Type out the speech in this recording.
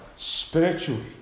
Spiritually